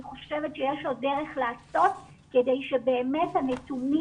אני חושבת שיש עוד דרך לעשות כדי שבאמת הנתונים